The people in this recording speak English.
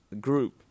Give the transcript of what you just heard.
group